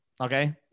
okay